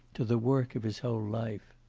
to the work of his whole life.